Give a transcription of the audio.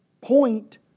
point